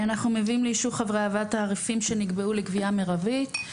אנחנו מביאים לאישור חברי הוועדה תעריפים שנקבעו לגבייה מרבית,